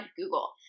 Google